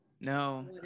No